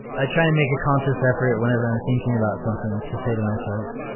i try and make a conscious effort whenever i'm thinking about something to say to myself,